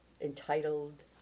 entitled